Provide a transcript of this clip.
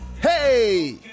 Hey